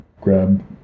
grab